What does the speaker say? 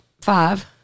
five